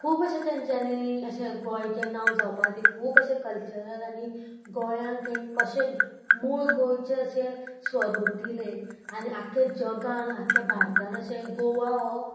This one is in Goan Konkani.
खूब अशें तेंच्यांनी अशें गोंयचें नांव जावपा खातीर खूब अशें कल्चरल आनी गोंयाक एक कशें मूळ गोंयचें अशें स्वरूप दिलें आनी आख्ख्या जगान आख्ख्या भारतान अशें गोवा हो